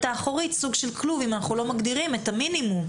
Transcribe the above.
האחורית סוג של כלוב אם אנחנו לא מגדירים את המינימום.